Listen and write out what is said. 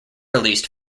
released